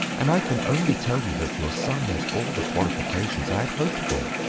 and i can only tell you that your son has all the qualifications i had hoped for.